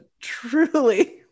truly